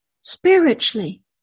Spiritually